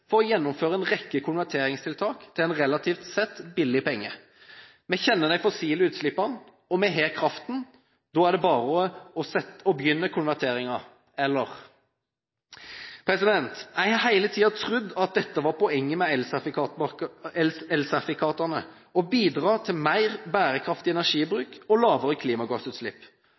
for å gjennomføre en rekke konverteringstiltak til en relativt sett billig penge. Vi kjenner de fossile utslippene og vi har kraften – da er det bare å begynne konverteringen, eller? Jeg har hele tiden trodd at dette var poenget med elsertifikatene, å bidra til mer bærekraftig energibruk og lavere klimagassutslipp.